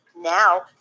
Now